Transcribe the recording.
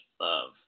love